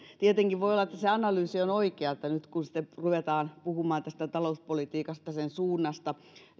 tietenkin voi olla että se analyysi on oikea että nyt kun sitten ruvetaan puhumaan tästä talouspolitiikasta sen suunnasta